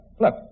look